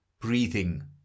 breathing